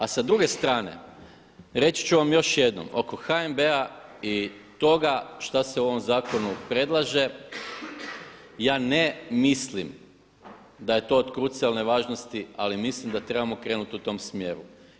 A sa druge strane, reći ću vam još jednom, oko HNB-a i toga šta se u ovom zakonu predlaže ja ne mislim da je to od krucijalne važnosti ali mislim da trebamo krenuti u tom smjeru.